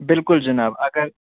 بِلکُل جناب اگر